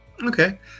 okay